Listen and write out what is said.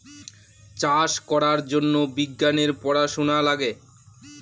চাষ করার জন্য বিজ্ঞানের পড়াশোনা লাগে